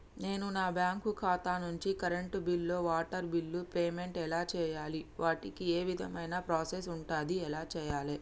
నేను నా బ్యాంకు ఖాతా నుంచి కరెంట్ బిల్లో వాటర్ బిల్లో పేమెంట్ ఎలా చేయాలి? వాటికి ఏ విధమైన ప్రాసెస్ ఉంటది? ఎలా చేయాలే?